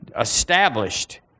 established